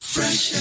Fresh